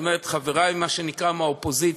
אני אומר: את חברי, מה שנקרא, מהאופוזיציה,